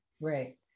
Right